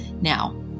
Now